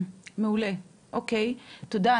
אוקיי, מעולה.